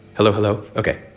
hello? hello? ok.